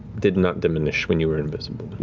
did not diminish when you were invisible.